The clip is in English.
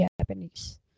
Japanese